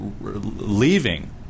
leaving